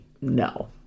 no